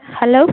hello